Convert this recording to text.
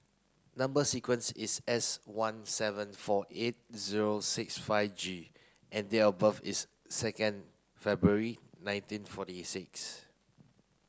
number sequence is S one seven four eight zero six five G and date of birth is second February nineteen forty six